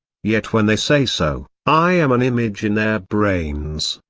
yet when they say so, i am an image in their brains.